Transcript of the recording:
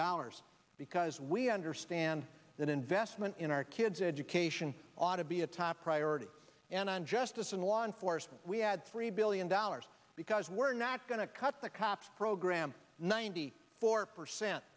dollars because we understand that investment in our kids education ought to be a top priority and i'm justice and law enforcement we had three billion dollars because we're not going to cut the cops program ninety four percent